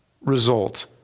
result